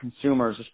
consumers